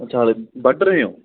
ਅੱਛਾ ਹਜੇ ਵੱਢ ਰਹੇ ਹੋ